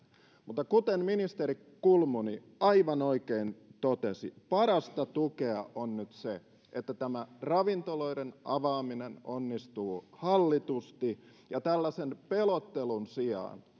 mutta kuten ministeri kulmuni aivan oikein totesi parasta tukea on nyt se että tämä ravintoloiden avaaminen onnistuu hallitusti ja tällaisen pelottelun sijaan